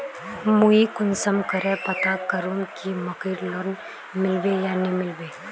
मुई कुंसम करे पता करूम की मकईर लोन मिलबे या नी मिलबे?